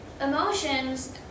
emotions